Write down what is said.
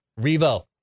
Revo